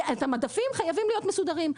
והמדפים חייבים להיות מסודרים,